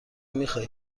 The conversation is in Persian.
میخواهی